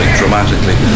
dramatically